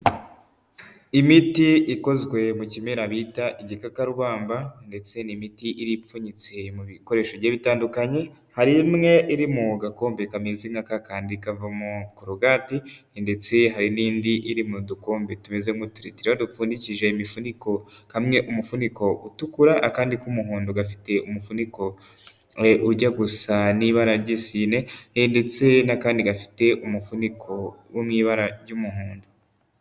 Imiti ikozwe mu kimera bita igikatarwamba ndetse n'imiti ipfunyitse mu bikoresho bigiye bitandukanye, hari imwe iri mu gakombe kamezezina k'akandi kavamo korogati ndetse hari n'indi iri mu dukombe tumeze nk'ututi dupfundikije imifuniko kamwe umufuniko utukura akandi k'umuhondo gafite umufuniko ujya gusa n'ibara ry'isine ndetse n'akandi gafite umufuniko wo mu ibara ry'umuhondo.